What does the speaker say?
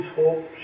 hope